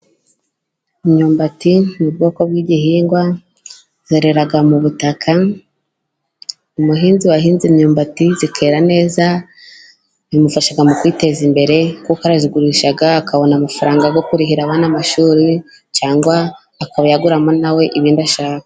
Imyumbati ni ubwoko bw'igihingwa cyerera mu butaka, umuhinzi wahinze imyumbati ikera neza bimufasha mu kwiteza imbere, kuko arazigurisha akabona amafaranga yo kurihira abana amashuri cyangwa akayaguramo nawe ibindi ashaka.